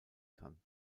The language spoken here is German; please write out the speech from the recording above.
kann